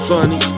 Funny